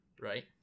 Right